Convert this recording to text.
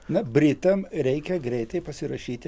na britam reikia greitai pasirašyti